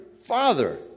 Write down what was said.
Father